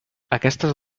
aquestes